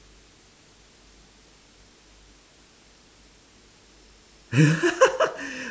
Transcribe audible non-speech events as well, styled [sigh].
[laughs]